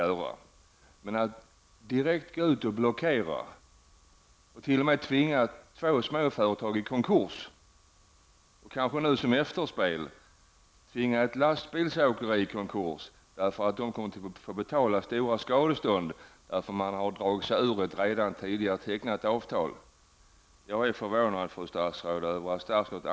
Här har det varit fråga om att direkt gå ut och blockera, och t.o.m. tvinga två småföretagare i konkurs, och kanske nu som efterspel tvinga ett lastbilsåkeri i konkurs därför att det kommer att få betala stora skadestånd när det har dragit sig ur ett redan tidigare tecknat avtal. Skall man få lov att göra så även framöver?